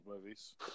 movies